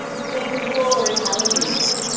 sing glory hallelujah.